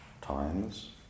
times